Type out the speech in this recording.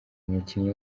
umukinnyi